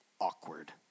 awkward